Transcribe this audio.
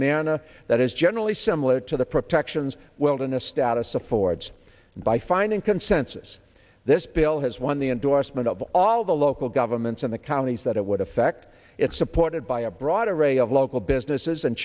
manner that is generally similar to the protections wilderness status affords and by finding consensus this bill has won the endorsement of all the local governments in the counties that it would affect it's supported by a broad array of local businesses and